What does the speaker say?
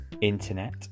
internet